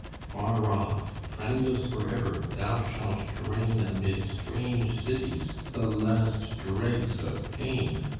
far off, friendless forever, thou shalt drain amid strange cities the last dregs of pain!